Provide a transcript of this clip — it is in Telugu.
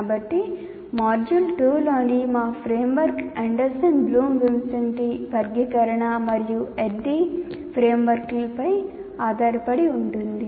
కాబట్టి మాడ్యూల్ 2 లోని మా ఫ్రేమ్వర్క్ ఆండర్సన్ బ్లూమ్ విన్సెంటి వర్గీకరణ మరియు ADDIE ఫ్రేమ్వర్క్పై ఆధారపడి ఉంటుంది